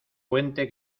puente